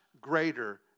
greater